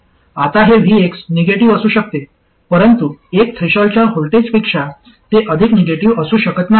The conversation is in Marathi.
आता हे Vx निगेटिव्ह असू शकते परंतु एक थ्रेशोल्डच्या व्होल्टेजपेक्षा ते अधिक निगेटिव्ह असू शकत नाही